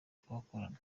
twakorana